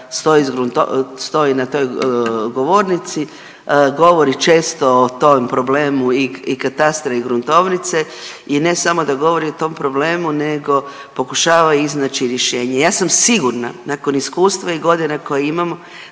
stoji na toj govornici, govori često o tom problemu i katastra i gruntovnice i ne samo da govori o tom problemu nego pokušava iznaći rješenje. Ja sam sigurna nakon iskustva i godina koje imamo,